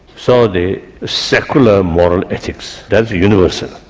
so the secular moral ethics, that's universal.